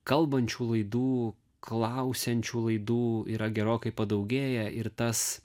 kalbančių laidų klausiančių laidų yra gerokai padaugėję ir tas